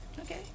Okay